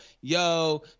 yo